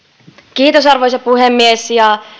kiitos arvoisa puhemies ja